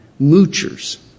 Moochers